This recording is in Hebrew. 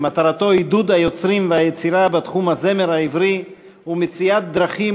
שמטרתו עידוד היוצרים והיצירה בתחום הזמר העברי ומציאת דרכים